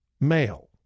male